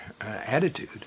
attitude